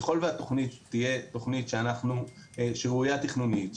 ככל והתוכנית תהיה תוכנית שאנחנו רואים שהיא ראויה תכנונית,